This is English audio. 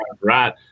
right